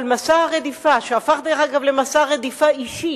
אבל מסע הרדיפה, שהפך, אגב, למסע רדיפה אישי,